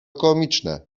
komiczne